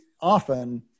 often